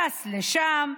טס לשם,